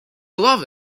love